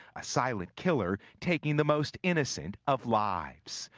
a silent killer taking the most innocent of lives.